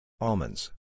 almonds